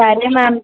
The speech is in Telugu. సరే మ్యామ్